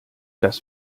das